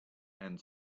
and